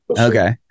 okay